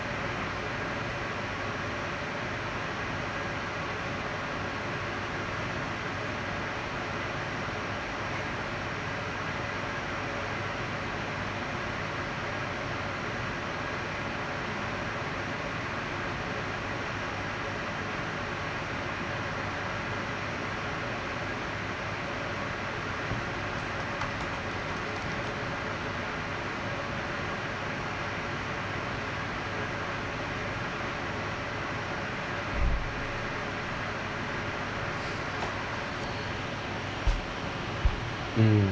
mm